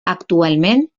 actualment